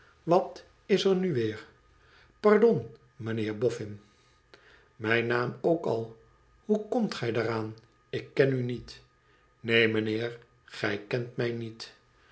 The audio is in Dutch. wat is er nu weer pardon mijnheer boffin mijn naam ook al hoe komt j daaraan ik ken u niet neen mijnheer gij kent mij met